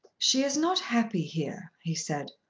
she is not happy here, he said.